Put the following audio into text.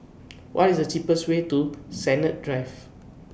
What IS The cheapest Way to Sennett Drive